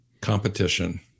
competition